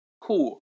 Cool